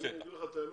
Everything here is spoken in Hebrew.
אגיד לך את האמת.